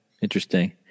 interesting